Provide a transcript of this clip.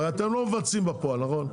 הרי, אתם לא מבצעים בפועל, נכון?